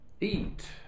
eat